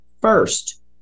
first